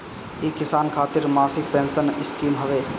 इ किसान खातिर मासिक पेंसन स्कीम हवे